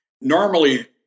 Normally